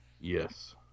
yes